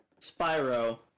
Spyro